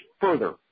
further